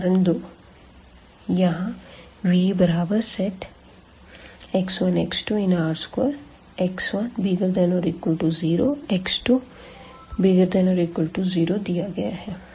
उदाहरण 2 यहाँ Vx1x2R2x1≥0x2≥0 दिया गया है